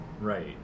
Right